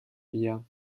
wir